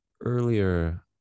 earlier